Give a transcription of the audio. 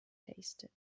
tasted